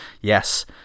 Yes